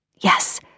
Yes